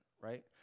right